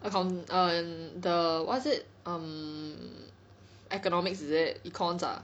account um the what's it um economics is it econs ah